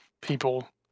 people